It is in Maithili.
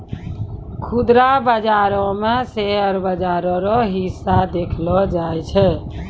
खुदरा बाजारो मे शेयर बाजार रो हिस्सा देखलो जाय छै